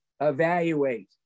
evaluate